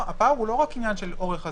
הפער הוא לא רק עניין של אורך הזמן,